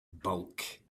bulk